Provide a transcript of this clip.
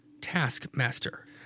taskmaster